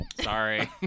Sorry